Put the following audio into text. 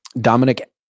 Dominic